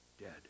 dead